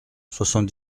soixante